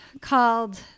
called